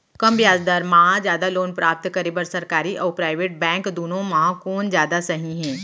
कम ब्याज दर मा जादा लोन प्राप्त करे बर, सरकारी अऊ प्राइवेट बैंक दुनो मा कोन जादा सही हे?